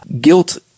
Guilt